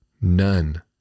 none